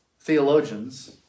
theologians